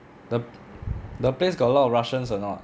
the the place got a lot of russians or not